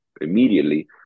immediately